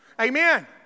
Amen